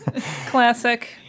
Classic